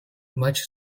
much